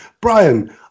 brian